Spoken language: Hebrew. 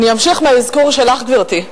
אני אמשיך מהאזכור שלך, גברתי,